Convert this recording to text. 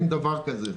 אין דבר כזה,